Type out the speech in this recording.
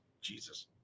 Jesus